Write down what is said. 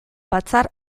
batzar